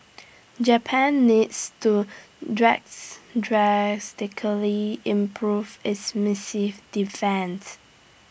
Japan needs to drastically improve its missile defence